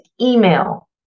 email